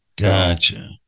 Gotcha